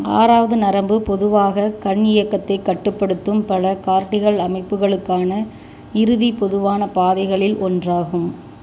ஆறாவது நரம்பு பொதுவாக கண் இயக்கத்தைக் கட்டுப்படுத்தும் பல கார்டிகல் அமைப்புகளுக்கான இறுதி பொதுவானப் பாதைகளில் ஒன்றாகும்